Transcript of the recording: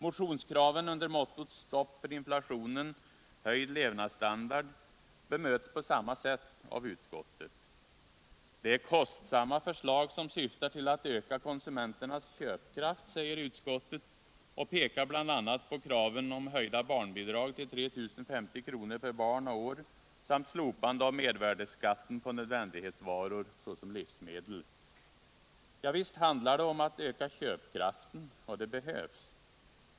Motionskraven under mottot Stopp för inflationen — höjd levnadsstandard bemöts på samma sätt av utskottet. Det är ”kostsamma förslag som syftar till att öka konsumenternas köpkraft”, säger utskottet, och pekar bl.a. på kraven på en höjning av barnbidragen till 3 050 kr. per barn och år samt slopande av mervärdeskatten på nödvändighetsvaror, såsom livsmedel. Ja, visst handlar det om att öka köpkraften, och det behövs.